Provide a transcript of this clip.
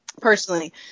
personally